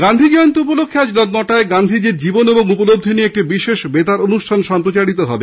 গান্ধী জয়ন্তী উপলক্ষে আজ রাত নটায় গান্ধীজির জীবন ও উপলব্ধি নিয়ে একটি বিশেষ বেতার অনুষ্ঠান সম্প্রচারিত হবে